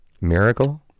Miracle